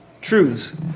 truths